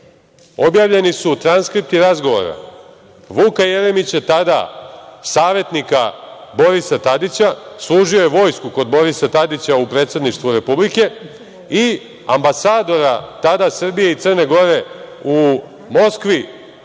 Objavljeni su transkripti razgovora Vuka Jeremića, tada savetnika Borisa Tadića, služio je vojsku kod Borisa Tadića u predsedništvu Republike i ambasadora, tada Srbije i Crne Gore u Moskvi,